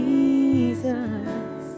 Jesus